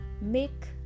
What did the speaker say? Make